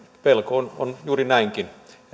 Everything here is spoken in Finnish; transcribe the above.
pelko on juuri näinkin